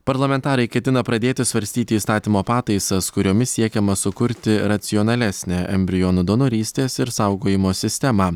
parlamentarai ketina pradėti svarstyti įstatymo pataisas kuriomis siekiama sukurti racionalesnę embrionų donorystės ir saugojimo sistemą